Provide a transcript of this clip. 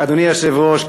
אדוני היושב-ראש,